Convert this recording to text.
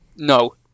No